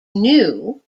new